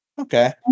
Okay